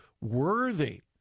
worthy